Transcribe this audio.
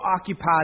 occupied